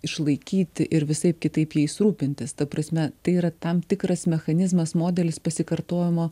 išlaikyti ir visaip kitaip jais rūpintis ta prasme tai yra tam tikras mechanizmas modelis pasikartojimo